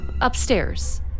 upstairs